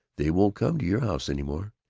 they won't come to your house any more,